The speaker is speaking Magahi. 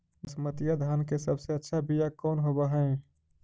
बसमतिया धान के सबसे अच्छा बीया कौन हौब हैं?